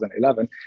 2011